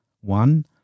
One